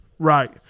Right